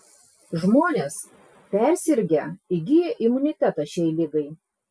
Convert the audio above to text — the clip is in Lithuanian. žmonės persirgę įgyja imunitetą šiai ligai